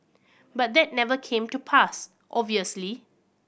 but that never came to pass obviously